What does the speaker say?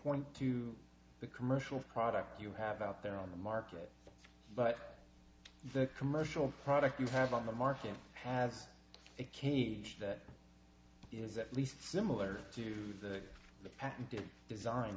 point to the commercial product you have out there on the market but the commercial product you have on the market has it can it is at least similar to the patented design